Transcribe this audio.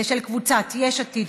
של קבוצת סיעת יש עתיד,